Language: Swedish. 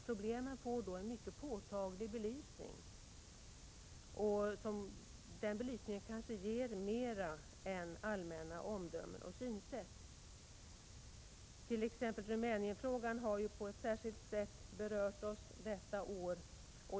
Problemen får då en mycket påtaglig belysning, som kanske ger mer än allmänna omdömen och synsätt. Exempelvis Rumänienfrågan har på ett särskilt sätt berört oss detta år.